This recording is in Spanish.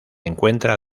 encuentra